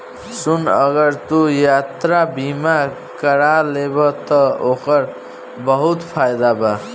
सुन अगर तू यात्रा बीमा कारा लेबे त ओकर बहुत फायदा बा